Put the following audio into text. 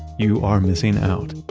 you are missing out.